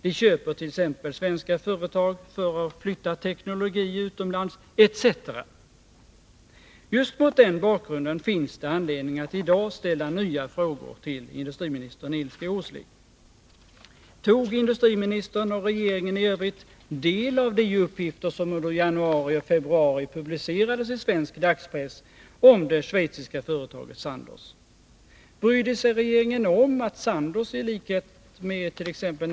De köper t.ex. svenska företag för att flytta teknologi utomlands etc.” Just mot den bakgrunden finns det anledning att i dag ställa nya frågor till industriminister Nils G. Åsling. Tog industriministern och regeringen i övrigt del av de uppgifter som under januari och februari publicerades i svensk dagspress om det schweiziska företaget Sandoz? Brydde sig regeringen om att Sandoz i likhet medt.ex.